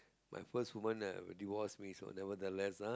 my first woman that divorce me is nevertheless a